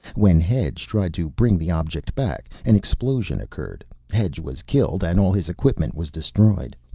when hedge tried to bring the object back, an explosion occurred. hedge was killed, and all his equipment was destroyed.